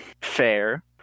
fair